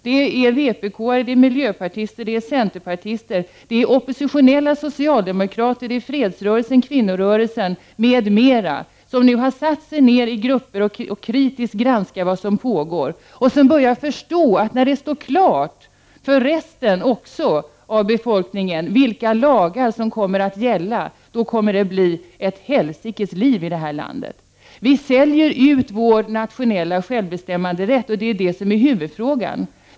Det gäller vpk-are, miljöpartister, centerpartister och oppositionella socialdemokrater i fredsrörelsen, kvinnorörelsen m.m. som nu i olika grupper har börjat kritiskt granska vad som pågår och som börjar förstå att det, när det står klart för resten av befolkningen vilka lagar som kommer att gälla, kommer att bli ett förfärligt liv i det här landet. Vi säljer ut vår nationella självbestämmanderätt, och det är det som är huvudfrågan.